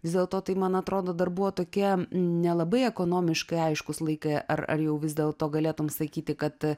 vis dėlto tai man atrodo dar buvo tokie nelabai ekonomiškai aiškūs laikaiar ar jau vis dėl to galėtum sakyti kad